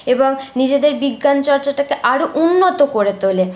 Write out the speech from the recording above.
এবং নিজেদের বিজ্ঞান চর্চাটাকে আরও উন্নত করে তোলে